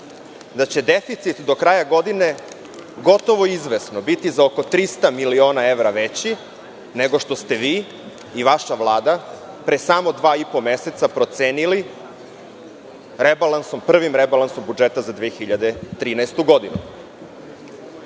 da će deficit do kraja godine, gotovo izvesno, biti za oko 300 miliona evra veći nego što ste vi i vaša Vlada, pre samo dva i po meseca procenili, rebalansom, prvim rebalansom budžeta za 2013. godinu? Zašto